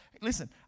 Listen